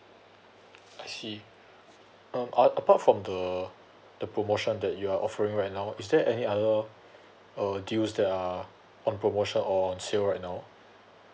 I see um uh apart from the the promotion that you're offering right now is there any other uh deals that are on promotion or on sale right now